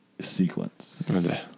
sequence